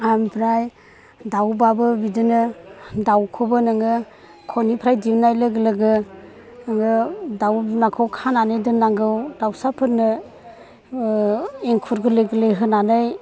आमफ्राय दाउब्लाबो बिदिनो दाउखौबो नोङो ख'निफ्राय दिहुननाय लोगो लोगो नोङो दाउ बिमाखौ खानानै दोननांगौ दाउसाफोरनो एंखुर गोरलै गोरलै होनानै